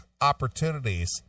opportunities